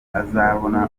azabona